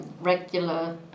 regular